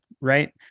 right